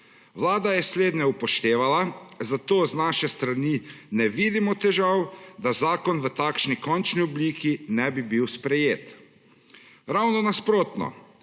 Vlada je slednje upoštevala, zato z naše strani ne vidimo težav, da zakon v takšni končni obliki ne bi bil sprejet. Ravno nasprotno,